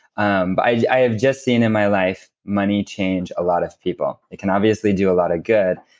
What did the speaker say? um i i have just seen in my life money change a lot of people. it can obviously do a lot of good,